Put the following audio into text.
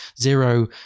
zero